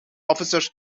officers